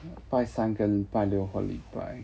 拜三跟拜六或礼拜